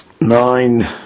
nine